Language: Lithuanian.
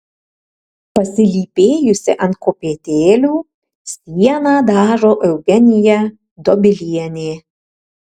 pasilypėjusi ant kopėtėlių sieną dažo eugenija dobilienė